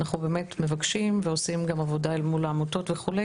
אנחנו באמת מבקשים ועושים גם עבודה אל מול העמותות וכו'.